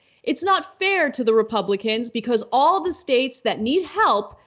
it's not fair to the republicans. because all the states that need help,